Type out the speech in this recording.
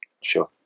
Sure